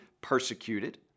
persecuted